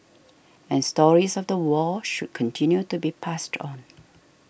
and stories of the war should continue to be passed on